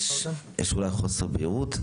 יש אולי חוסר בהירות.